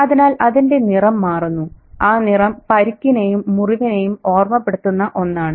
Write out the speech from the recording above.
അതിനാൽ അതിന്റെ നിറം മാറുന്നു ആ നിറം പരിക്കിനേയും മുറിവിനേയും ഓർമപ്പെടുത്തുന്ന ഒന്നാണ്